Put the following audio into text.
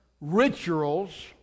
Rituals